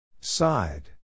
Side